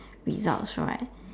results right